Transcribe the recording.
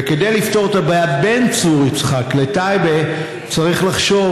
וכדי לפתור את הבעיה בין צור יצחק לטייבה צריך לחשוב